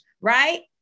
right